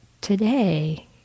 today